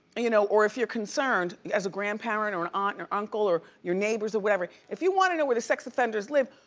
you know or if you're concerned as a grandparent or an aunt and uncle or you're neighbors or whatever, if you wanna know where the sex offenders live,